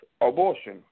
abortion